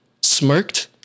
smirked